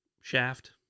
shaft